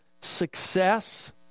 success